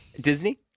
Disney